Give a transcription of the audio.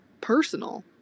personal